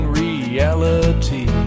reality